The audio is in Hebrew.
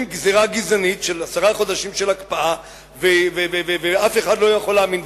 גזירה גזענית של עשרה חודשי הקפאה ואף אחד לא יכול להאמין.